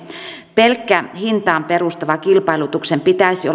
pelkän hintaan perustuvan kilpailutuksen pitäisi